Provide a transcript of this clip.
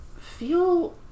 feel